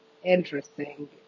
Interesting